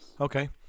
Okay